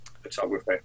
photography